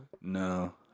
no